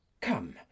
Come